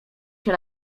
się